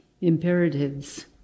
Imperatives